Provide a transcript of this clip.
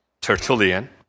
Tertullian